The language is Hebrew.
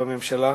בממשלה,